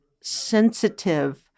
sensitive